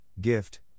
gift